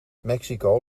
mexico